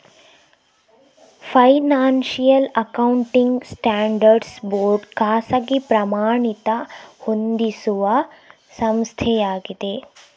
financial accounting standards board ಖಾಸಗಿ ಪ್ರಮಾಣಿತ ಹೊಂದಿಸುವ ಸಂಸ್ಥೆಯಾಗಿದೆ